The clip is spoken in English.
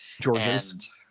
George's